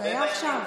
זה היה עכשיו.